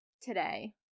today